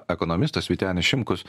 ekonomistas vytenis šimkus